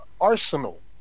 arsenal